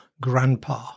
grandpa